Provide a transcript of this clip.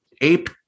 ape